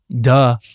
Duh